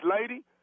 lady